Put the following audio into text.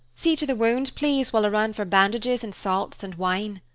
see to the wound, please, while i ran for bandages, and salts, and wine.